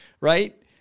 right